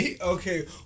Okay